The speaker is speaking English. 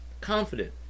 confident